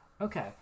Okay